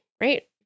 right